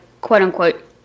quote-unquote